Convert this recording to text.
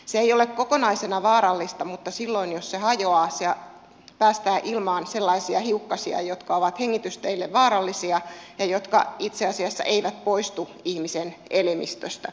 se ei ole kokonaisena vaarallista mutta silloin jos se hajoaa se päästää ilmaan sellaisia hiukkasia jotka ovat hengitysteille vaarallisia ja jotka itse asiassa eivät poistu ihmisen elimistöstä